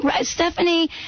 Stephanie